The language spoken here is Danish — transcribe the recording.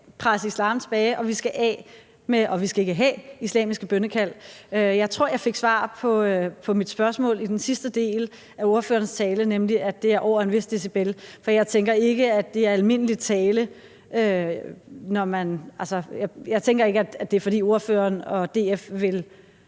presse islam tilbage, og at vi ikke skal have islamiske bønnekald. Jeg tror, jeg fik svar på mit spørgsmål i den sidste del af ordførerens tale, nemlig at det gælder, hvis det er over en vis decibel, for jeg tænker ikke, at det er, fordi ordføreren og DF vil